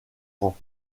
rangs